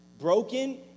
broken